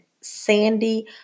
sandy